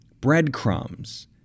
breadcrumbs